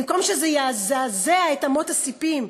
במקום שזה יזעזע את אמות הספים,